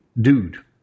dude